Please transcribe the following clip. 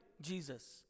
Jesus